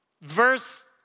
Verse